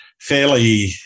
fairly